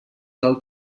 del